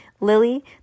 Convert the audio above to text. lily